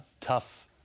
tough